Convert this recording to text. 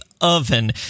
Oven